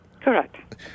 Correct